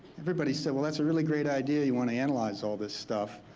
everybody said, well that's a really great idea, you want to analyze all this stuff.